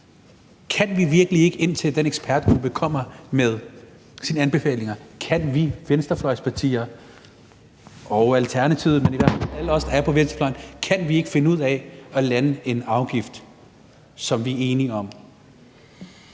Det vil sige, at der skal være en social kompensation. Kan vi venstrefløjspartier og Alternativet, altså i hvert fald alle os, der er på venstrefløjen, virkelig ikke finde ud af at lande en afgift, som vi er enige om,